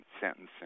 sentencing